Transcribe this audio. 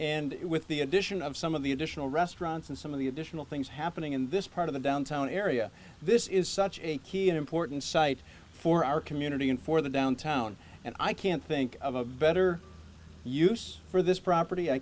and with the addition of some of the additional restaurants and some of the additional things happening in this part of the downtown area this is such a key and important site for our community and for the downtown and i can't think of a better use for this property i